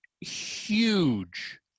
Huge